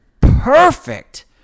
perfect